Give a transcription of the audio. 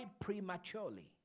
prematurely